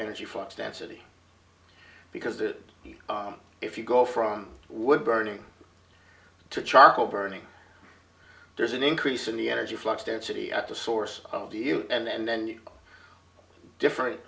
energy flux density because that if you go from wood burning to charcoal burning there's an increase in the energy flux density at the source of the ute and then you different